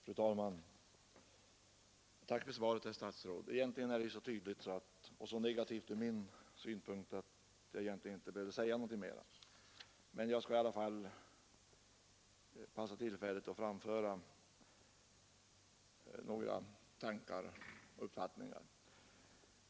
Fru talman! Tack för svaret, herr statsråd. Det är så tydligt och så negativt ur min synpunkt att jag egentligen inte behöver säga något mer, men jag skall i alla fall begagna tillfället att framföra några tankar och uppfattningar.